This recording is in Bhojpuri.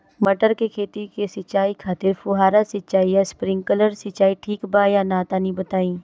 मटर के खेती के सिचाई खातिर फुहारा सिंचाई या स्प्रिंकलर सिंचाई ठीक बा या ना तनि बताई?